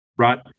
Right